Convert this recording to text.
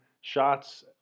shots